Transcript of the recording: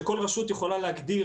שכל רשות יכולה להגדיר.